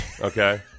okay